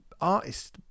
artists